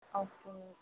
okay